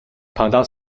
pendant